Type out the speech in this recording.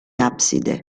abside